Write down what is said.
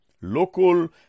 local